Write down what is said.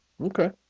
Okay